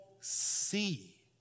see